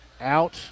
Out